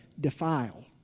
defile